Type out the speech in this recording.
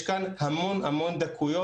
יש כאן המון המון דקויות.